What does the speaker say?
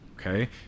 Okay